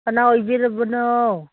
ꯀꯅꯥ ꯑꯣꯏꯕꯤꯔꯕꯅꯣ